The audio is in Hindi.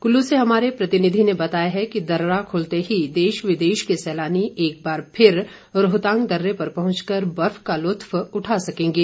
कुल्लू से हमारे प्रतिनिधि ने बताया है कि दर्रा खुलते ही देश विदेश के सैलानी एक बार फिर रोहतांग दर्रे पर पहंचकर बर्फ का लुत्फ उठा सकेंगे